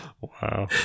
Wow